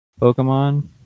Pokemon